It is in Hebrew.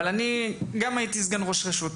גם אני הייתי סגן ראש רשות,